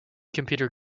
computer